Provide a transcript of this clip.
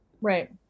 Right